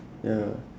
ya